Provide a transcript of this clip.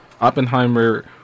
Oppenheimer